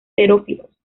xerófilos